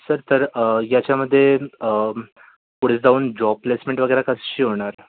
sir तर याच्यामध्ये पुढे जाऊन जॉब प्लेसमेंट वगैरे कशी होणार